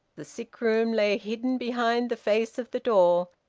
the sick-room lay hidden behind the face of the door,